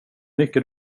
mycket